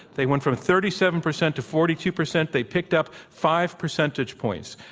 they went from thirty seven percent to forty two percent. they picked up five percentage points.